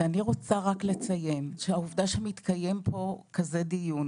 ואני רוצה רק לציין שהעובדה שמתקיים כאן כזה דיון,